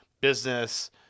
business